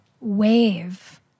wave